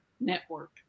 Network